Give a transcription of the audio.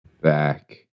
Back